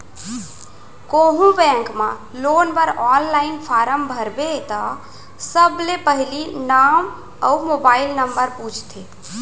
कोहूँ बेंक म लोन बर आनलाइन फारम भरबे त सबले पहिली नांव अउ मोबाइल नंबर पूछथे